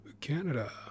canada